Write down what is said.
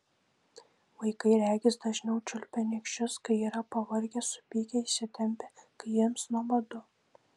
vaikai regis dažniau čiulpia nykščius kai yra pavargę supykę įsitempę kai jiems nuobodu